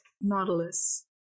Nautilus